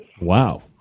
Wow